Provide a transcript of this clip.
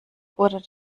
oder